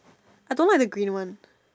I don't like the green one